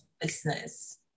business